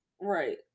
Right